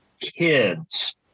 kids